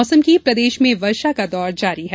मौसम प्रदेश में वर्षा का दौर जारी है